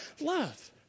love